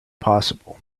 possible